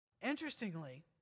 Interestingly